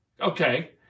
Okay